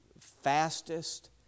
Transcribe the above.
fastest